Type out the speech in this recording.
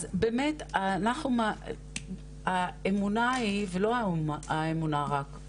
אז באמת האמונה היא ולא האמונה רק,